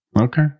Okay